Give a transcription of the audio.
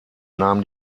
nahm